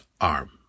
arm